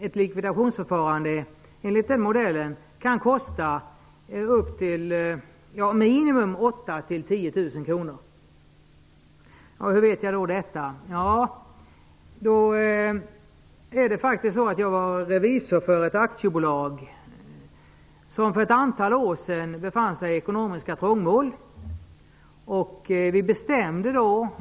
Ett likvidationsförfarande enligt den modellen kan kosta minst 8 000 - 10 000 kr. Hur vet jag då detta? Jag var för ett antal år sedan revisor för ett aktiebolag som för ett antal år sedan befann sig i ekonomiskt trångmål.